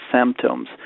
symptoms